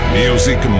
music